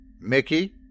Mickey